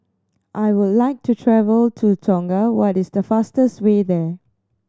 I would like to travel to Tonga what is the fastest way there